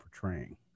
portraying